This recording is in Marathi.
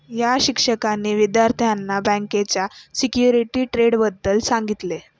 या शिक्षकांनी विद्यार्थ्यांना बँकेच्या सिक्युरिटीज ट्रेडबद्दल सांगितले